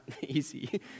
easy